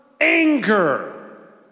anger